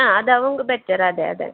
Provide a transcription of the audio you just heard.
ആ അതാവും ബെറ്ററ് അതെ അതെ